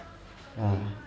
ya